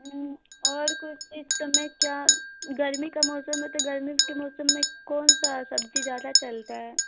और कुछ इस समय क्या गर्मी का मौसम है तो गर्मी के मौसम में कौन सा सब्ज़ी ज्यादा चलता है